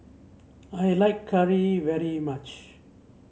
I like curry very much